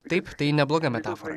taip tai nebloga metafora